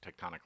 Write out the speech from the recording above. tectonically